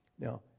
Now